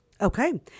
Okay